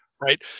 Right